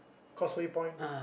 Causeway-Point